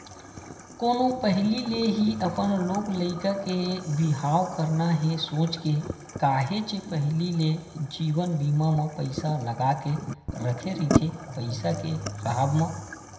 कोनो पहिली ले ही अपन लोग लइका के बिहाव करना हे सोच के काहेच पहिली ले जीवन बीमा म पइसा लगा के रखे रहिथे पइसा के राहब म